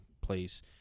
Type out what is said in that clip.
place